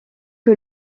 que